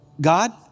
God